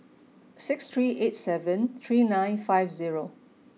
six three eight seven three nine five zero